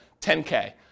10K